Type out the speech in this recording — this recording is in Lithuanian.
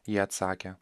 jie atsakė